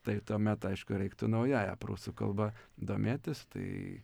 tai tuomet aišku reiktų naująja prūsų kalba domėtis tai